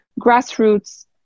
grassroots